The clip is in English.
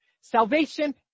salvation